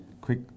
quick